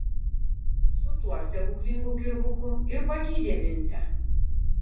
su tuo stebuklingu kirvuku ir pagydė vincę